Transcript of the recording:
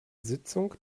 sitzung